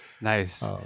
nice